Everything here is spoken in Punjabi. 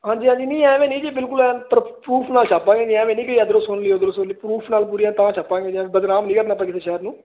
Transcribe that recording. ਹਾਂਜੀ ਹਾਂਜੀ ਨਹੀਂ ਐਵੇਂ ਨਹੀਂ ਜੀ ਬਿਲਕੁਲ ਹੈ ਪਰਫੂਫ ਨਾਲ ਛਾਪਾਂਗੇ ਜੀ ਐਵੇਂ ਨਹੀਂ ਕਿ ਇੱਧਰੋਂ ਸੁਣ ਲਈ ਉੱਧਰੋਂ ਸੁਣ ਲਈ ਪਰੂਫ ਨਾਲ ਪੂਰੀਆਂ ਤਾਂ ਛਪਾਂਗੇ ਜੀ ਐਂ ਨਹੀਂ ਬਦਨਾਮ ਨਹੀਂ ਕਰਨਾ ਆਪਾਂ ਕਿਸੇ ਸ਼ਹਿਰ ਨੂੰ